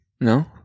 No